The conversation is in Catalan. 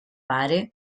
pare